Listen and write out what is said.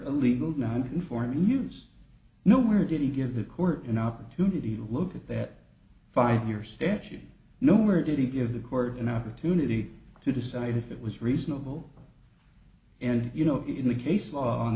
illegal non conforming use nowhere did he give the court an opportunity to look at that five year stance you know or did he give the court an opportunity to decide if it was reasonable and you know in the case law on